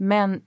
Men